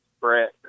Brett